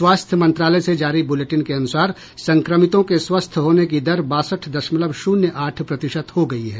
स्वास्थ्य मंत्रालय से जारी बुलेटिन के अनुसार संक्रमितों के स्वस्थ होने की दर बासठ दशमलव शून्य आठ प्रतिशत हो गई है